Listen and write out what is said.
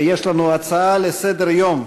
יש לנו הצעה לסדר-היום,